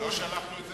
לא שלחנו את זה,